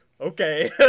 okay